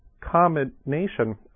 combination